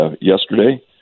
yesterday